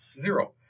zero